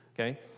okay